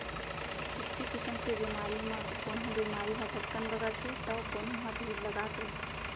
छुतही किसम के बेमारी म कोनो बेमारी ह झटकन बगरथे तौ कोनो ह धीर लगाके